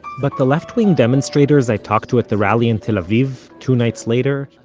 but the left-wing demonstrators i talked to at the rally in tel aviv two nights later,